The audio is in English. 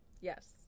Yes